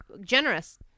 Generous